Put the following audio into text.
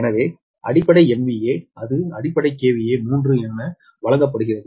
எனவே அடிப்படை MVA அது அடிப்படை KVA 3 என வழங்கப்படுகிறது